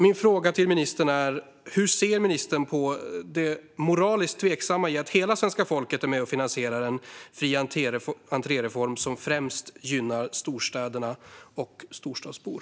Min fråga till ministern är därför: Hur ser ministern på det moraliskt tveksamma i att hela svenska folket är med och finansierar en fri-entré-reform som främst gynnar storstäderna och storstadsbor?